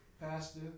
pastor